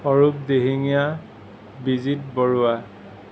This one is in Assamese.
অৰূপ দিহিঙীয়া বিজিত বৰুৱা